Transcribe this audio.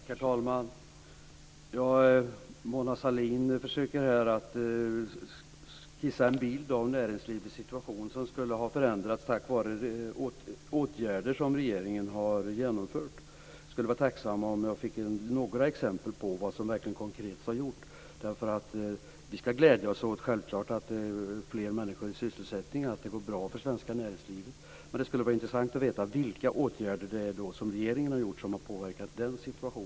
Herr talman! Mona Sahlin försöker här att skissa en bild av att näringslivets situation skulle ha förändrats tack vare åtgärder som regeringen har genomfört. Jag skulle vara tacksam om jag fick några exempel på vad som konkret har gjorts. Vi skall självklart glädja oss åt att fler människor är i sysselsättning och att det går bra för det svenska näringslivet. Men det skulle vara intressant att veta vilka åtgärder som regeringen har vidtagit som har påverkat den situationen.